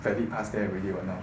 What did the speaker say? valid pass there already [what] now